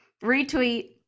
retweet